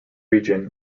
region